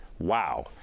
wow